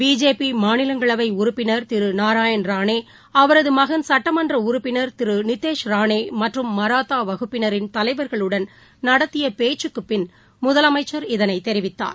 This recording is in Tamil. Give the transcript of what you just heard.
பிஜேபிமாநிலங்களவைஉறுப்பினா் திருநாராயன் ரானே அவரதுமகன் சுட்டமன்றஉறுப்பினா் திருநிதேஷ் ரானேமற்றும் மராத்தாவகுப்பினரின் தலைவர்களுடன் நடத்தியபேச்சுக்குபின் முதலமைச்சர் இதனைதெரியித்தார்